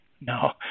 No